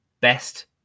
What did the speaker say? best